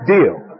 Deal